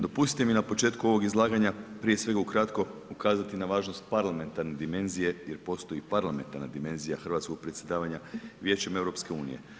Dopustite mi na početku ovog izlaganja prije svega ukratko ukazati na važnost parlamentarne dimenzije jer postoji parlamentarna dimenzija hrvatskog predsjedavanja Vijećem EU.